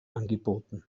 angeboten